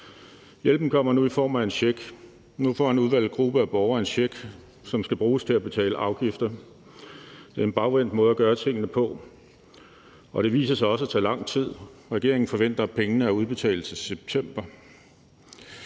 hjælpen kommer nu i form af en check. Nu får en udvalgt gruppe af borgere en check, som skal bruges til at betale afgifter. Det er en bagvendt måde at gøre tingene på, og det viser sig også at tage lang tid. Regeringen forventer, at pengene er udbetalt til september.